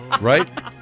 right